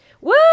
Woo